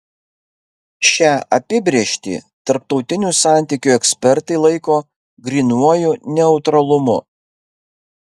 šią apibrėžtį tarptautinių santykių ekspertai laiko grynuoju neutralumu